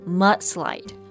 mudslide